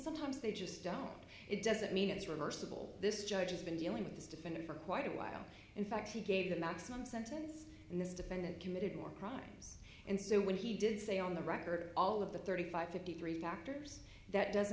sometimes they just don't know it doesn't mean it is reversible this judge has been dealing with this defendant for quite a while in fact he gave the maximum sentence in this defendant committed more crimes and so when he did say on the record all of the thirty five fifty three factors that doesn't